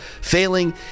failing